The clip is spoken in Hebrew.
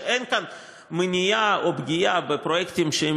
אין כאן מניעה או פגיעה בפרויקטים שהם